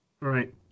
Right